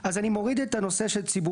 אז אני מוריד את הנושא של ציבוריים.